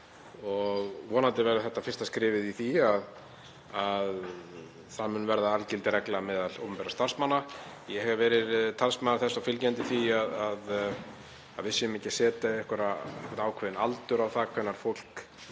Vonandi verður þetta fyrsta skrefið í því að það verði algild regla meðal opinberra starfsmanna. Ég hef verið talsmaður þess og fylgjandi því að við séum ekki að setja einhvern ákveðinn aldur á það hvenær fólk